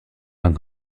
lang